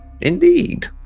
Indeed